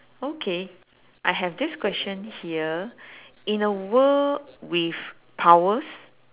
okay I have this question here in a world with powers